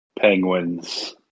Penguins